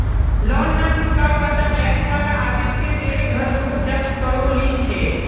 loan ना चुकावाता bank वाला आदित्य तेरे घर रोक जब्त करो ली छे